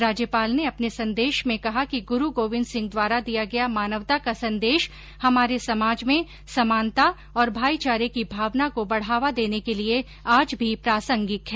राज्यपाल ने अपने संदेश में कहा कि गुरू गोविन्द सिंह द्वारा दिया गया मानवता का संदेश हमारे समाज में समानता और भाईचारे की भावना को बढ़ावा देने के लिए आज भी प्रासंगिक है